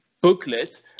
booklet